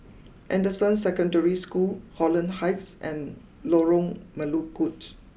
Anderson Secondary School Holland Heights and Lorong Melukut